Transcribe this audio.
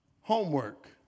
homework